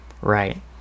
right